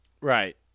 Right